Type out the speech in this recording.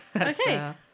Okay